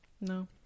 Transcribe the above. No